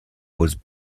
was